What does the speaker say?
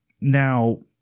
Now